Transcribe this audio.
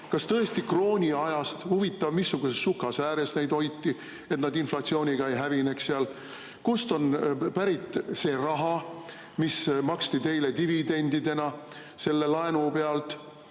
kas tõesti krooniajast? Huvitav, missuguses sukasääres neid hoiti, et nad inflatsiooniga ei hävineks. Kust on pärit see raha, mis maksti teile dividendidena selle laenu pealt?